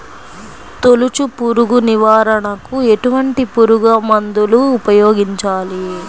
తొలుచు పురుగు నివారణకు ఎటువంటి పురుగుమందులు ఉపయోగించాలి?